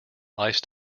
iced